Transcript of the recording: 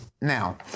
Now